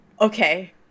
Okay